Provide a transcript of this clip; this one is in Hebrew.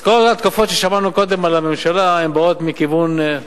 אז כל ההתקפות ששמענו קודם על הממשלה באות מכיוון,